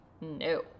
no